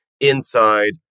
inside